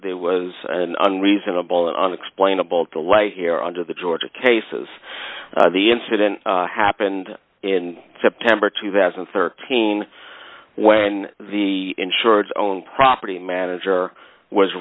there was an unreasonable and unexplainable delight here under the georgia cases the incident happened in september two thousand and thirteen when the insureds own property manager was